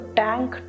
tank